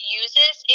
uses